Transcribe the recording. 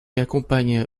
accompagne